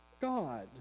God